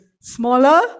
smaller